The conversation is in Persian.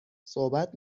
صحبت